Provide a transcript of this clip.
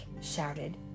shouted